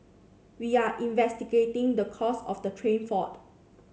we are investigating the cause of the train fault